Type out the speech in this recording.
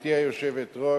גברתי היושבת-ראש,